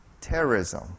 terrorism